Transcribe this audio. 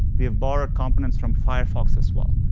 we have borrowed components from firefox as well.